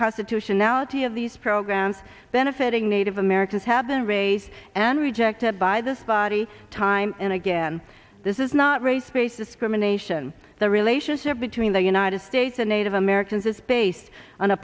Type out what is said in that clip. constitution now t of these programs benefiting native americans have been raised and rejected by this body time and again this is not race based discrimination the relationship between the united states the native americans is based on a